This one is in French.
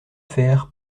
faire